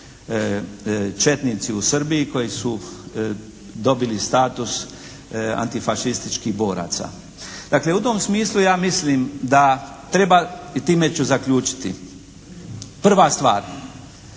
četnici u Srbiji koji su dobili status antifašističkih boraca. Dakle u tom smislu ja mislim da treba i time ću zaključiti, prva stvar